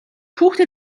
хүүхдээ